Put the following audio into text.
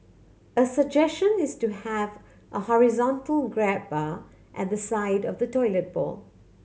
a suggestion is to have a horizontal grab bar at the side of the toilet bowl